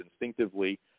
instinctively